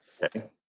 Okay